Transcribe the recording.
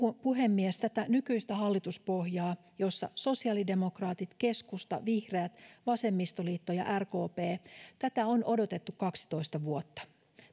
puhemies tätä nykyistä hallituspohjaa jossa ovat sosiaalidemokraatit keskusta vihreät vasemmistoliitto ja rkp on odotettu kaksitoista vuotta